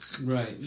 Right